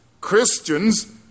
Christians